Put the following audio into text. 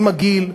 עם הגיל,